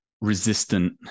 resistant